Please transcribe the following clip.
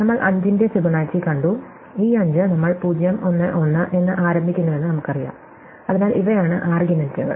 നമ്മൾ 5 ന്റെ ഫിബൊനാച്ചി കണ്ടു ഈ 5 നമ്മൾ 0 1 1 എന്ന് ആരംഭിക്കുന്നുവെന്ന് നമുക്കറിയാം അതിനാൽ ഇവയാണ് ആർഗ്യുമെന്റുകൾ